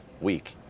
week